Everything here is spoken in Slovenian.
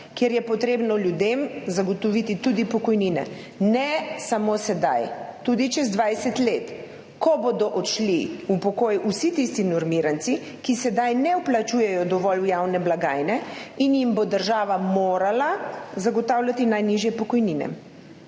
kjer je potrebno ljudem zagotoviti tudi pokojnine, ne samo sedaj, tudi čez 20 let, ko bodo odšli v pokoj vsi tisti normiranci, ki sedaj ne vplačujejo dovolj v javne blagajne, in jim bo država morala zagotavljati najnižje pokojnine.